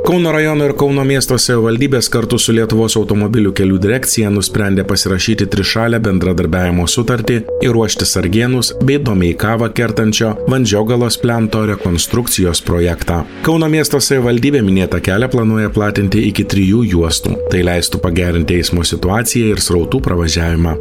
kauno rajono ir kauno miesto savivaldybės kartu su lietuvos automobilių kelių direkcija nusprendė pasirašyti trišalę bendradarbiavimo sutartį ir ruošti sargėnus bei domeikavą kertančio vandžiogalos plento rekonstrukcijos projektą kauno miesto savivaldybė minėtą kelią planuoja platinti iki trijų juostų tai leistų pagerinti eismo situaciją ir srautų pravažiavimą